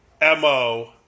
MO